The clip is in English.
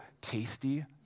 tasty